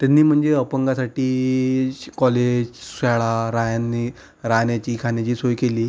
त्यांनी म्हणजे अपंगासाठी शी कॉलेज शाळा रायानी राहण्याची खाण्याची सोय केली